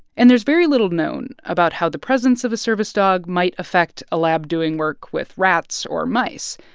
and there's very little known about how the presence of a service dog might affect a lab doing work with rats or mice.